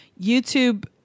YouTube